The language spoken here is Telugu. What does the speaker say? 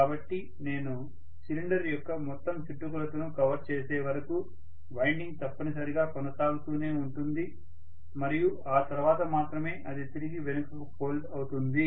కాబట్టి నేను సిలిండర్ యొక్క మొత్తం చుట్టుకొలతను కవర్ చేసే వరకు వైండింగ్ తప్పనిసరిగా కొనసాగుతూనే ఉంటుంది మరియు ఆ తర్వాత మాత్రమే అది తిరిగి వెనుకకు ఫోల్డ్ అవుతుంది